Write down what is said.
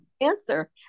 answer